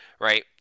right